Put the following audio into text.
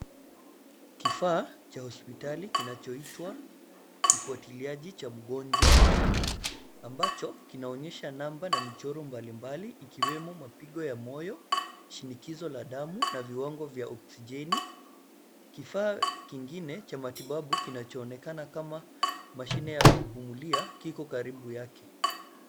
Kifaa cha hospitali kinachoitwa kifuatiliaji cha mgonjwa, ambacho kinaonyesha namba na michoro mbalimbali ikiwemo mapigo ya moyo, shinikizo la damu, na viwango vya oksijeni. Kifaa kingine cha matibabu kinachoonekana kama mashine ya kupumulia kiko karibu yake.